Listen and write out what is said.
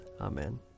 Amen